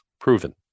proven